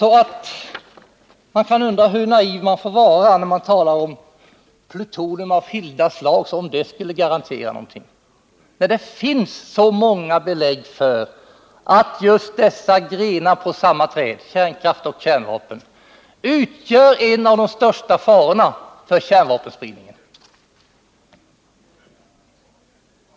Jag undrar hur naiv man får vara när man talar om plutonium av skilda slag som om detta skulle garantera någonting. Det finns så många belägg för att just dessa grenar på samma träd, kärnkraft och kärnvapen, utgör en av de största farorna för kärnvapenspridningen.